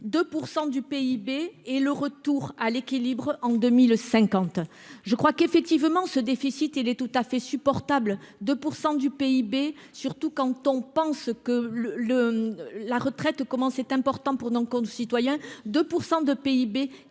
2% du PIB et le retour à l'équilibre en 2050. Je crois qu'effectivement ce déficit, il est tout à fait supportable 2% du PIB. Surtout quand on pense que le le la retraite comment c'est important pour dans camp de citoyens 2% de PIB.